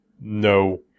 No